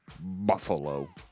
Buffalo